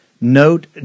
note